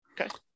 Okay